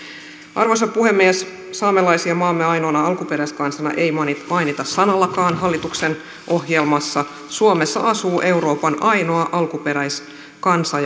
arvoisa puhemies saamelaisia maamme ainoana alkuperäiskansana ei mainita mainita sanallakaan hallituksen ohjelmassa suomessa asuu euroopan ainoa alkuperäiskansa